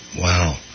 Wow